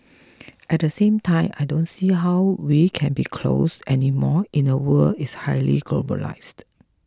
at the same time I don't see how we can be closed anymore in a world is highly globalized